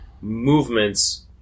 movements